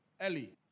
early